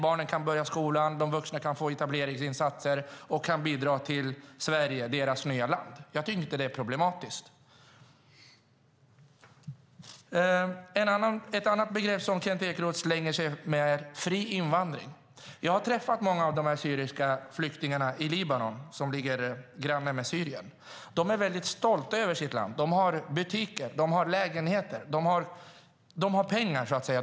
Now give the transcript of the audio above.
Barnen kan börja skolan, de vuxna kan få etableringsinsatser och bidra till Sverige, deras nya land. Jag tycker inte att det är problematiskt. Ett annat begrepp som Kent Ekeroth slänger sig med är fri invandring. Jag har träffat många av de syriska flyktingarna i Libanon, som ligger granne med Syrien. De är stolta över sitt land. De har butiker. De har lägenheter. De har pengar.